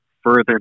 further